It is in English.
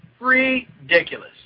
ridiculous